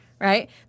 Right